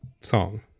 song